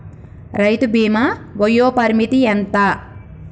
రైతు బీమా వయోపరిమితి ఎంత?